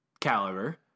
caliber